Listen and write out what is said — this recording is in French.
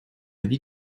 vie